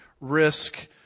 risk